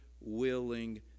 willing